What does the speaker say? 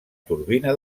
turbina